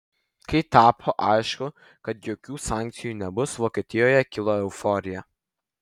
kai tapo aišku kad jokių sankcijų nebus vokietijoje kilo euforija